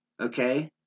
Okay